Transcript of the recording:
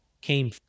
came